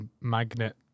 magnet